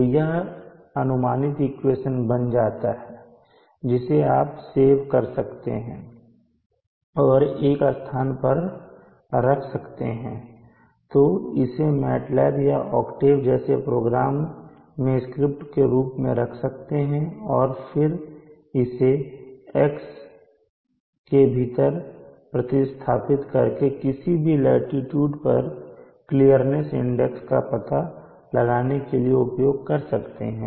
तो यह अनुमानित इक्वेशन बन जाता है जिसे आप सेव कर सकते हैं और एक स्थान पर रख सकते हैं या इसे MATLAB या ऑक्टेव जैसे प्रोग्राम में स्क्रिप्ट फ़ाइल के रूप में रख सकते हैं और फिर इसे x के भीतर प्रति स्थापित करके किसी भी लाटीट्यूड पर क्लियरनेस इंडेक्स का पता लगाने के लिए उपयोग कर सकते हैं